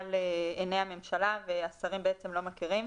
לעיני הממשלה והשרים בעצם לא מכירם,